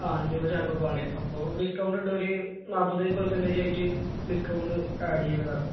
ആ അഞ്ഞൂറ് ചാക്കൊക്കെ വേണ്ടിവരും അപ്പോള് ഡിസ്കൗണ്ട് ഉണ്ട് ഒരു നാല്പത് പെർസെന്റേജ് ആയിട്ട് ഡിസ്കൗണ്ട് ആഡ് ചെയ്യുന്നതാണ്